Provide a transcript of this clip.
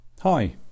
Hi